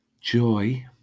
joy